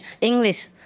English